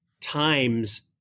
times